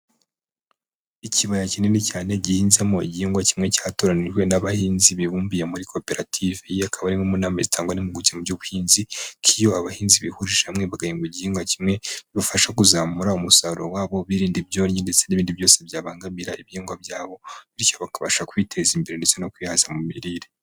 Ikibaya kinini cyane gihinzemo igihingwa kimwe cyatoranijwe n'abahinzi bibumbiye muri koperative. Iyi akaba ari imwe mu nama zitangwa n'impuguke mu by'ubuhinzi, ko iyo abahinzi bihurije hamwe bagahinga igihingwa kimwe bibafasha kuzamura umusaruro wabo birinda ibyonyi ndetse n'ibindi byose byabangamira ibihingwa byabo, bityo bakabasha kwiteza imbere ndetse no kwihaza mu mirire.